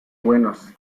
buenos